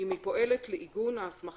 אם היא פועלת לעיגון ההסמכה